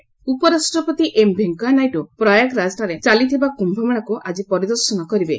VP Kumbh ଉପରାଷ୍ଟ୍ରପତି ଏମ୍ଭେଙ୍କେୟା ନାଇଡୁ ପ୍ରୟାଗରାଜଠାରେ ଚାଲିଥିବା କୁୟମେଳାକୁ ଆଜି ପରିଦର୍ଶନ କରିବେ